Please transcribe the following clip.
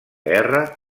guerra